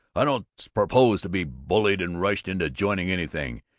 i don't propose to be bullied and rushed into joining anything,